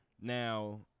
Now